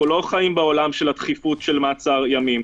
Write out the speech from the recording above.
אנחנו לא חיים בעולם של דחיפות של מעצר ימים.